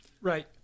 Right